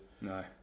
No